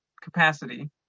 capacity